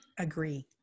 Agree